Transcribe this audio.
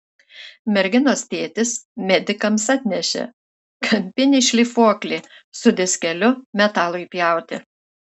merginos tėtis medikams atnešė kampinį šlifuoklį su diskeliu metalui pjauti